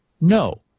No